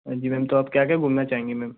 जी ma'am तो आप क्या क्या घूमना चाहेंगी मैम